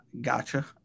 gotcha